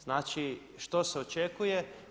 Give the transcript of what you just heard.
Znači, što se očekuje?